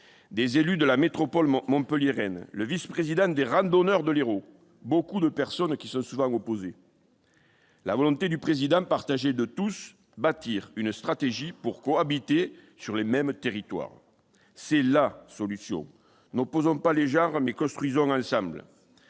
des élus de la métropole montpelliéraine, le vice-président des randonneurs de l'Hérault ... soit beaucoup de personnes qui sont souvent opposées. La volonté du président, partagée par tous, est de bâtir une stratégie pour cohabiter sur les mêmes territoires. C'est la solution : n'opposons pas les genres, mais construisons ensemble.